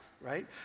right